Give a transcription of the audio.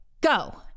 go